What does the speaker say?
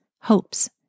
hopes